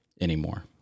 anymore